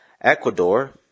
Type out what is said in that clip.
Ecuador